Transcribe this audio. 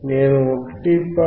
నేను 1